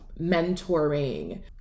mentoring